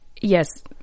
yes